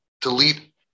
delete